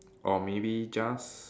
or maybe just